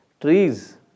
trees